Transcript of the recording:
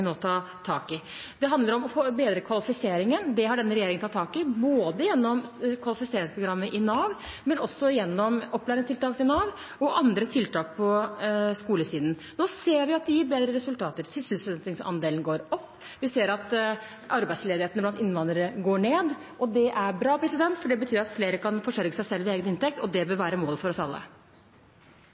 nå ta tak i. Det handler om å bedre kvalifiseringen – det har denne regjeringen tatt tak i, både gjennom kvalifiseringsprogrammet i Nav og også gjennom opplæringstiltak i Nav og andre tiltak på skolesiden. Nå ser vi at det gir bedre resultater. Sysselsettingsandelen går opp, vi ser at arbeidsledigheten blant innvandrere går ned, og det er bra, for det betyr at flere kan forsørge seg selv på egen inntekt, og det bør være målet for oss alle.